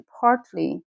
partly